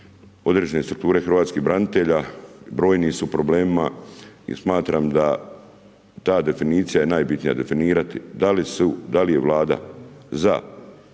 određene strukture hrvatskim branitelja, u brojnim su problemima i smatram da ta definicija je najbitnije definirati, da li je Vlada za